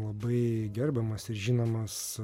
labai gerbiamas ir žinomas